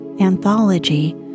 Anthology